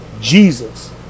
jesus